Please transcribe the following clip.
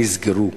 נסגרו.